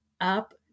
up